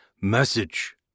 Message